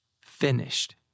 finished